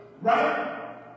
right